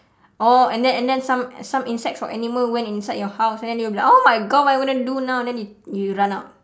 orh and then and then some some insects or animal went inside your house and then you'll be like oh my god what am I gonna do now and then you you run out